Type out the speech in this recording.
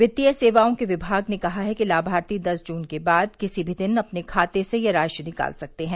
वित्तीय सेवाओं के विभाग ने कहा है कि लाभार्थी दस जून के बाद किसी भी दिन अपने खाते से यह राशि निकाल सकते हैं